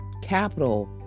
capital